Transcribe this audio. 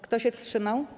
Kto się wstrzymał?